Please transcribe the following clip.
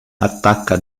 attacca